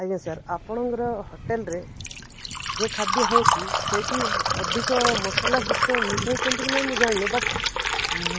ଆଜ୍ଞା ସାର୍ ଆପଣଙ୍କର ହୋଟେଲରେ ଯେଉଁ ଖାଦ୍ୟ ହେଉଛି ସେଇଠି ଅଧିକ ମସଲା ଯୁକ୍ତ ମିଶାଉଛନ୍ତି କି ନାହିଁ ମୁଁ ଜାଣିନି ବଟ୍